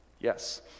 yes